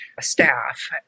staff